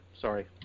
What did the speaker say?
Sorry